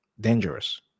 dangerous